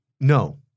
no